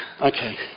Okay